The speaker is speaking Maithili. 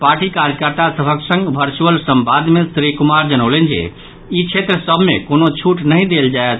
पार्टी कार्यकर्ता सभक संग वर्चुअल संवाद मे श्री कुमार जनौलनि जे ई क्षेत्र सभ मे कोनो छूट नहि देल जायत